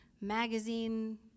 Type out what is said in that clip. magazine